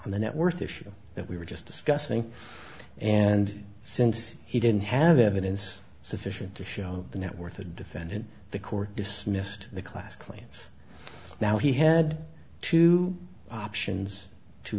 and the net worth issue that we were just discussing and since he didn't have evidence sufficient to show the network the defendant the court dismissed the class claims now he had two options to